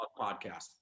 podcast